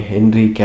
Henry